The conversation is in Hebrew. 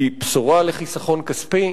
היא בשורה לחיסכון כספי.